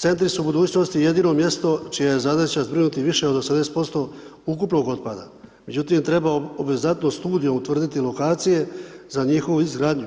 Centri su budućnosti jedino mjesto čija je zadaća zbrinuti više od 80% ukupnog otpada, međutim, trebao bi za to studije utvrditi lokacije za njihovu izgradnju